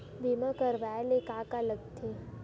बीमा करवाय ला का का लगथे?